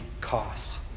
cost